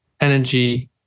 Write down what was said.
energy